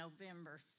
November